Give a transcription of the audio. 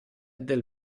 del